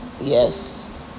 Yes